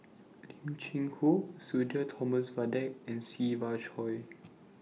Lim Cheng Hoe Sudhir Thomas Vadaketh and Siva Choy